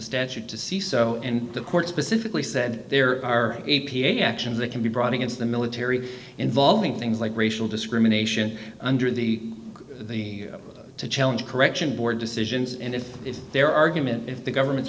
statute to see so and the court specifically said there are a p a actions that can be brought against the military involving things like racial discrimination under the the challenge correction board just asians and if their argument if the government's